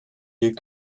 you